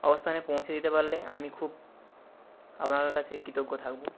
অবস্থানে পৌঁছে যেতে পারলে আমি খুব আপনার কাছে কিতজ্ঞ থাকব